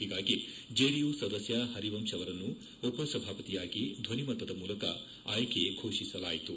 ಹೀಗಾಗಿ ಜೆಡಿಯು ಸದಸ್ನ ಪರಿವಂಶ್ ಅವರನ್ನು ಉಪಸಭಾಪತಿಯಾಗಿ ಧ್ವನಿಮತದ ಮೂಲಕ ಆಯ್ಲೆ ಫೋಷಿಸಲಾಯಿತು